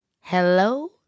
Hello